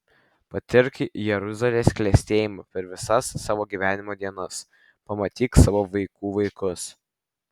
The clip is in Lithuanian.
patirk jeruzalės klestėjimą per visas savo gyvenimo dienas pamatyk savo vaikų vaikus